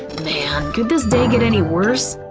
man, could this day get any worse?